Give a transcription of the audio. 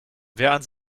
wer